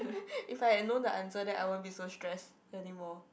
if I had known the answer then I won't be so stressed anymore